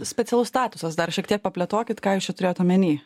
specialus statusas dar šiek tiek paplėtokit ką jūs čia turėjot omeny